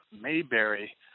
Mayberry